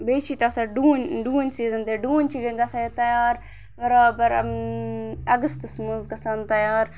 بیٚیہِ چھِ ییٚتہِ آسان ڈوٗنۍ ڈوٗنۍ سیٖزَن تہِ ڈوٗنۍ چھِ گژھان ییٚتہِ تیار بَرابَر اَگَستَس منٛز گژھان تیار